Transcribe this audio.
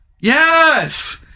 yes